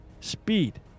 speed